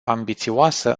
ambițioasă